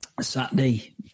Saturday